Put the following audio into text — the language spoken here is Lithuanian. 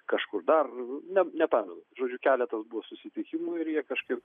kažkur dar ne nepamenu žodžiu keletas bus susitikimų ir jie kažkaip